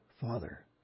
Father